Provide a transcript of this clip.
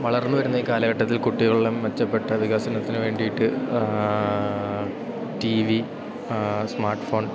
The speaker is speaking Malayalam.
വളർന്നു വരുന്ന ഈ കാലഘട്ടത്തിൽ കുട്ടികളിൽ മെച്ചപ്പെട്ട വികസനത്തിനു വേണ്ടിയിട്ട് ടി വി സ്മാർട്ട് ഫോൺ